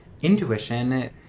intuition